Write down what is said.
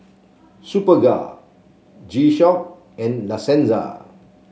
Superga G Shock and La Senza